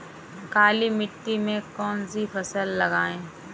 काली मिट्टी में कौन सी फसल लगाएँ?